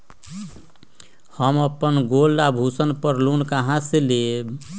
हम अपन गोल्ड आभूषण पर लोन कहां से लेम?